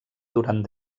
durant